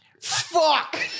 Fuck